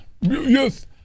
Yes